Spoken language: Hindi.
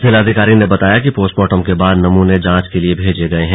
जिलाधिकारी ने बताया कि पोस्टमार्टम के बाद नमूने जांच के लिए भेजे गए हैं